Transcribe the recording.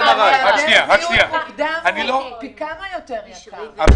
סוג, אך